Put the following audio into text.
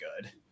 good